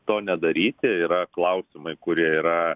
to nedaryti yra klausimai kurie yra